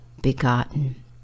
Begotten